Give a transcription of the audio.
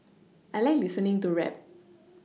I like listening to rap